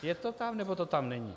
Je to tam, nebo to tam není?